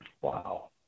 Wow